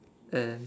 and